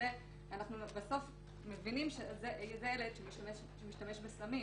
ובסוף אנחנו מבינים שזה ילד שמשתמש בסמים.